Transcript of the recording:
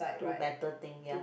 two better thing ya